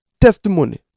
testimony